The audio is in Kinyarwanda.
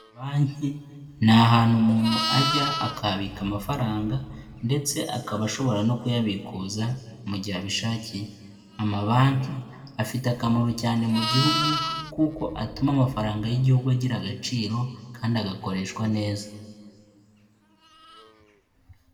Banki ni ahantu umuntu ajya akahabika amafaranga ndetse akaba ashobora no kuyabikuza mu gihe abishakiye. Amabanki afite akamaro cyane mu gihugu kuko atuma amafaranga y'igihugu agira agaciro kandi agakoreshwa neza.